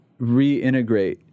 reintegrate